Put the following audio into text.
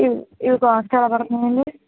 ఇవి ఇవి కాస్ట్ ఎలా పడుతుందండి